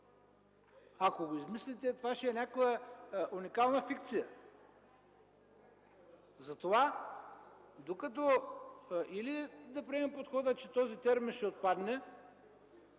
Ако го измислите, това ще е някаква уникална фикция. Затова или да приемем подхода, че този термин ще отпадне,